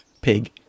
Pig